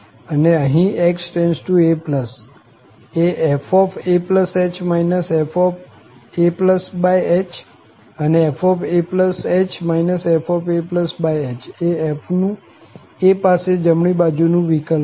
અને અહીં x→a એ fah fah અને fah fah એ f નું a પાસે જમણી બાજુ નું વિકલન છે